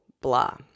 blah